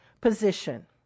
position